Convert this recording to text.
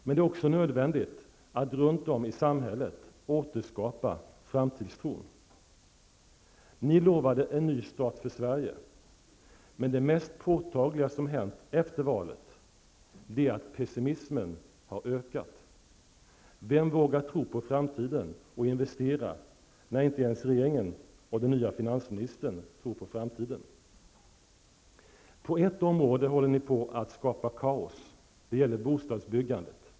Men det är också nödvändigt att runt om i samhället återskapa framtidstron. Ni lovade en ny start för Sverige, men det mest påtagliga som hänt efter valet är att pessimismen har ökat. Vem vågar tro på framtiden och investera när inte ens regeringen och den nya finansministern tror på framtiden? På ett område håller ni på att skapa kaos. Det gäller bostadsbyggandet.